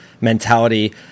mentality